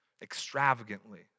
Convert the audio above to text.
extravagantly